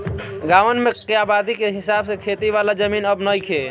गांवन में आबादी के हिसाब से खेती वाला जमीन अब नइखे